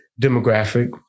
demographic